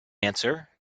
answer